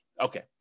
Okay